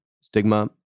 stigma